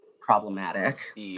problematic